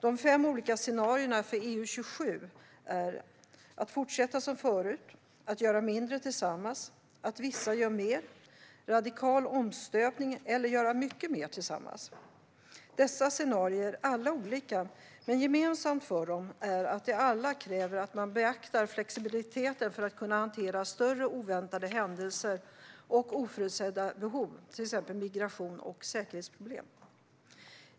De fem olika scenarierna för EU-27 är att fortsätta som förut att göra mindre tillsammans att vissa gör mer en radikal omstöpning att göra mycket mer tillsammans. Dessa scenarier är alla olika, men gemensamt för dem är att de alla kräver att man beaktar flexibiliteten för att kunna hantera större oväntade händelser och oförutsedda behov, till exempel migration och säkerhetsproblem.